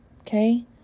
okay